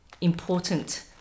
important